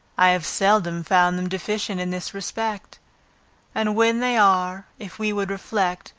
i have seldom found them deficient in this respect and when they are, if we would reflect,